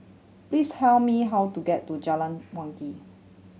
please tell me how to get to Jalan Wangi